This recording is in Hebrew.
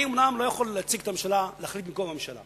אני אומנם לא יכול להחליט במקום הממשלה,